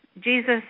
Jesus